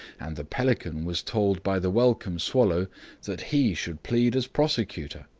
and the pelican was told by the welcome swallow that he should plead as prosecutor.